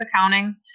accounting